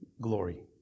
glory